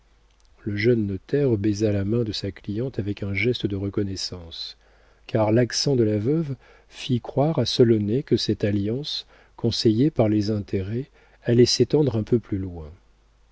le jeune notaire baisa la main de sa cliente avec un geste de reconnaissance car l'accent de la veuve fit croire à solonet que cette alliance conseillée par les intérêts allait s'étendre un peu plus loin